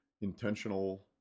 intentional